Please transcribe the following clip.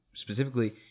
specifically